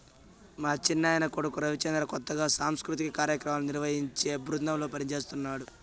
మా చిన్నాయన కొడుకు రవిచంద్ర కొత్తగా సాంస్కృతిక కార్యాక్రమాలను నిర్వహించే బృందంలో పనిజేస్తన్నడు